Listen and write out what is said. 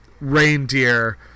reindeer